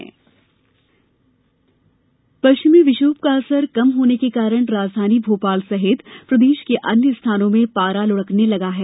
मौसम पश्चिमी विक्षोभ का असर कम होने के कारण राजधानी भोपाल सहित प्रदेश के अन्य स्थानों में पारा लुढ़कने लगा है